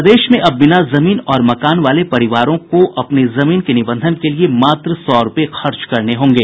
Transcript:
प्रदेश में अब बिना जमीन और मकान वाले परिवारों को अपनी जमीन के निबंधन के लिए मात्र सौ रूपये खर्च करने होंगे